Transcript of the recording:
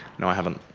no, i haven't.